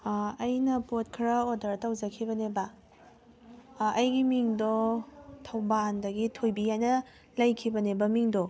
ꯑꯩꯅ ꯄꯣꯠ ꯈꯔ ꯑꯣꯗꯔ ꯇꯧꯖꯈꯤꯕꯅꯦꯕ ꯑꯩꯒꯤ ꯃꯤꯡꯗꯣ ꯊꯧꯕꯥꯟꯗꯒꯤ ꯊꯣꯏꯕꯤ ꯍꯥꯏꯅ ꯂꯩꯈꯤꯕꯅꯦꯕ ꯃꯤꯡꯗꯣ